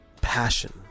passion